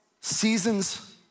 Seasons